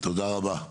תודה רבה.